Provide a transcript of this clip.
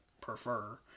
prefer